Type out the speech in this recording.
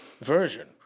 version